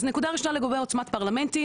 אז נקודה ראשונה לגבי עוצמת פרלמנטים,